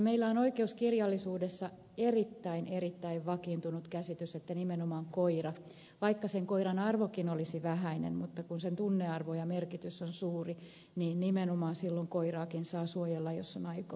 meillä on oikeuskirjallisuudessa erittäin erittäin vakiintunut käsitys että nimenomaan koiraa vaikka sen koiran arvokin olisi vähäinen koska sen tunnearvo ja merkitys on suuri silloin saa suojella jos on aito pakkotila